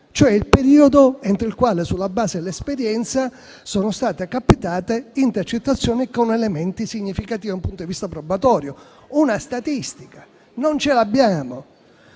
cioè quello entro il quale, sulla base dell'esperienza, sono state captate intercettazioni con elementi significativi da un punto di vista probatorio. Una statistica non ce l'abbiamo